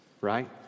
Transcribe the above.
right